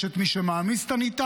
יש את מי שמעמיס את המטען,